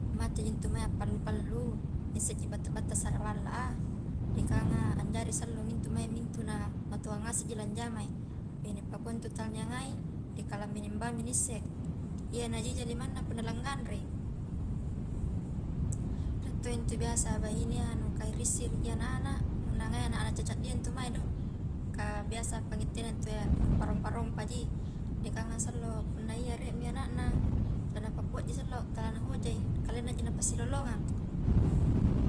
Maccaji antu mai appallu-pallu, naisseji batta-battasa ri balla a, dekanga anjari sallo intu mae mintu na matoang ngaseji lanjamai, bahine pakua ntu tala niangai, dikalabine mbaungji naisse, iya najeja limanna punna la nganrei, rie to intu biasa bahine ia nu karissi ri anak-anak nu anak caddi-caddia intu mai do, kah biasa pangittena ntu iya nu parompa-rompaji, jekanga sallo punna iya rie mi anakna lanapakkua ji sallo tala nahojai kalennaji napassilalongang.